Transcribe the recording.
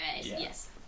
Yes